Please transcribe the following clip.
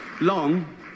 long